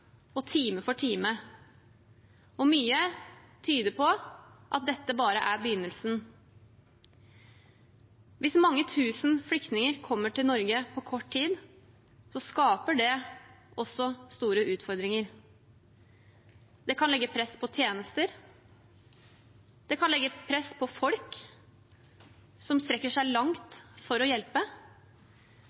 og time for time. Mye tyder på at dette bare er begynnelsen. Hvis mange tusen flyktninger kommer til Norge på kort tid, skaper det også store utfordringer. Det kan legge press på tjenester, og det kan legge press på folk som strekker seg langt for å hjelpe.